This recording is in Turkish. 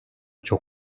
çok